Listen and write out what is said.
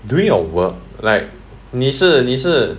during your work like 你是你是